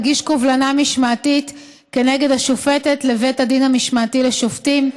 אגיש קובלנה משמעתית כנגד השופטת לבית הדין המשמעתי לשופטים.